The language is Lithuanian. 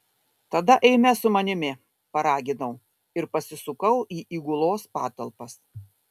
tada eime su manimi paraginau ir pasisukau į įgulos patalpas